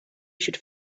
should